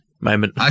moment